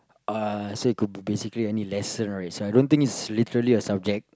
uh so it could be basically any lesson right so I don't think it's literally a subject